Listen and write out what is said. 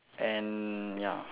and ya